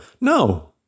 No